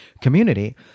community